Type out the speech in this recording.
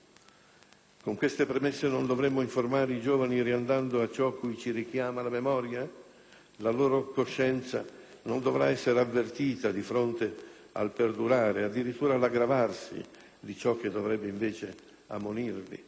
Con queste premesse non dovremmo informare i giovani riandando a ciò cui ci richiama la memoria? La loro coscienza non dovrà essere avvertita di fronte al perdurare, addirittura all'aggravarsi, di ciò che dovrebbe invece ammonirli?